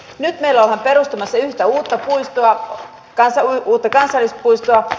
nyt meillä ollaan perustamassa yhtä uutta puistoa uutta kansallispuistoa